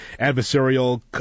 adversarial